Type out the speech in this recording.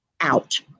out